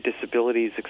disabilities